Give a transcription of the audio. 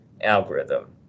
algorithm